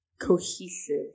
cohesive